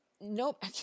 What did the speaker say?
nope